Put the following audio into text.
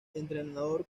entrenador